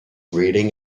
reading